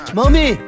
Mommy